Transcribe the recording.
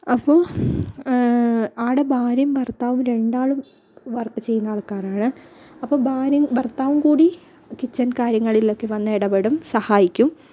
അപ്പോൾ ആടെ ഭാര്യയും ഭർത്താവും രണ്ടാളും വർക്ക് ചെയ്യുന്ന ആൾക്കാരാണ് അപ്പം ഭാര്യയും ഭർത്താവും കൂടി കിച്ചൻ കാര്യങ്ങളിലൊക്കെ വന്ന് ഇടപെടും സഹായിക്കും